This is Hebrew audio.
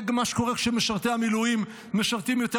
זה מה שקורה כשמשרתי המילואים משרתים יותר